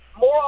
more